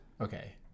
Okay